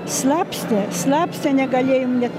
slapstė slapstė negalėjom net